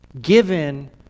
given